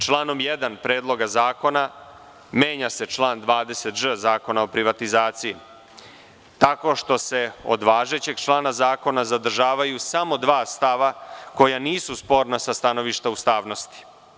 Članom 1. Predloga zakona menja se član 20ž Zakona o privatizaciji, tako što se od važećeg člana zakona zadržavaju samo dva stava koja nisu sporna sa stanovišta ustavnosti.